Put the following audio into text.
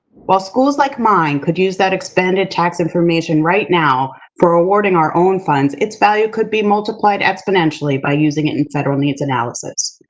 while schools like mine could use that expanded tax information right now for awarding our own funds, its value could be multiplied exponentially by using it in federal needs analysis.